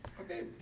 Okay